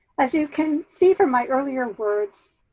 as you can see from my earlier words,